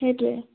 সেইটোৱে